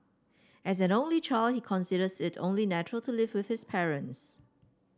as an only child he considers it only natural to live with his parents